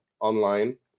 online